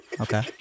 Okay